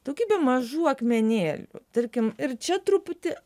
daugybė mažų akmenėlių tarkim ir čia truputį